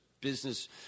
business